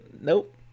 Nope